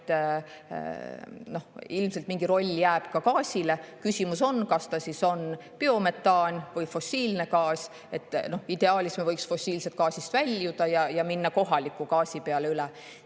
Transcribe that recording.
et ilmselt mingi roll jääb ka gaasile. Küsimus on, kas see on biometaan või fossiilne gaas. Ideaalis me võiks fossiilse gaasi [kasutamisest] väljuda ja minna kohaliku gaasi peale üle.